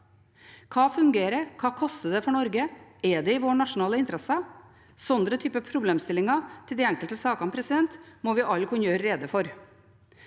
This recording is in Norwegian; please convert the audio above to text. Hva fungerer? Hva koster det for Norge? Er det i vår nasjonale interesse? Slike typer problemstillinger til de enkelte sakene må vi alle kunne gjøre rede for.